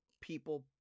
people